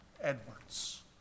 Edwards